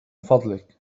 فضلك